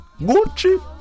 Gucci